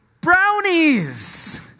brownies